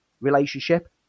relationship